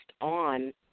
on